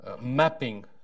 mapping